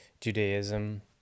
Judaism